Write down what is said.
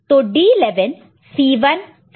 तो D11 C1 C2 और C8 में है